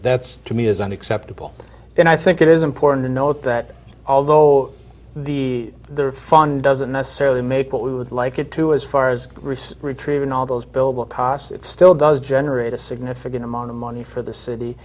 that's to me is unacceptable and i think it is important to note that although the refund doesn't necessarily make what we would like it to as far as retrieving all those billable costs it still does generate a significant amount of money for the city